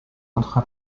autre